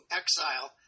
exile